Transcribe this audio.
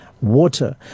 Water